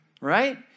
right